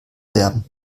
werben